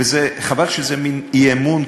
וחבל שזה מין אי-אמון,